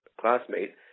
classmate